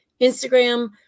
Instagram